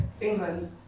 England